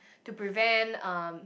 to prevent um